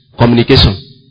Communication